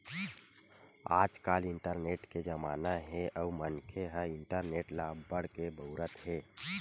आजकाल इंटरनेट के जमाना हे अउ मनखे ह इंटरनेट ल अब्बड़ के बउरत हे